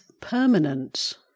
permanent